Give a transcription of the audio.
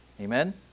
Amen